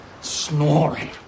snoring